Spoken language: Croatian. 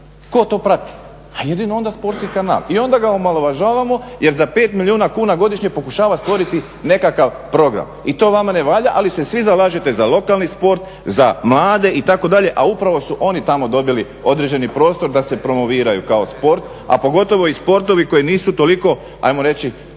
Tko to prati? A jedino onda sportski kanal i onda ga omalovažavamo jer za 5 milijuna kuna godišnje pokušava stvoriti nekakav program i to vama ne valja. Ali se svi zalažete za lokalni sport, za mlade itd. a upravo su oni tamo dobili određeni prostor da se promoviraju kao sport, a pogotovo i sportovi koji nisu toliko hajmo reći